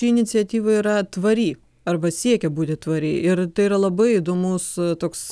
ši iniciatyva yra tvari arba siekia būti tvari ir tai yra labai įdomus toks